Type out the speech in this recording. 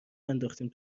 ننداختیم